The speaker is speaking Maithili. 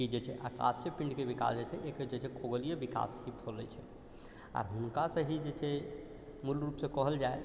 कि जे छै आकाशीय पिण्डके विकास जे छै एक जे छै खगोलिया विकास के खोलै छै आ हुनकासँ ही जे छै मूल रूपसँ कहल जाइ